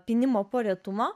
pynimo porėtumo